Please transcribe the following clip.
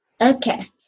Okay